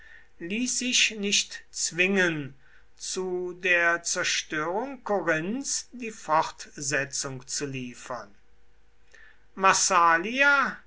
ließ sich nicht zwingen zu der zerstörung korinths die fortsetzung zu liefern massalia